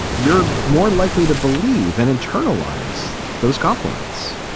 you're more likely to believe and internalize those compliments.